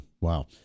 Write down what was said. Wow